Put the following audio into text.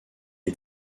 est